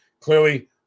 Clearly